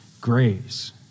grace